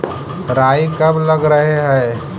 राई कब लग रहे है?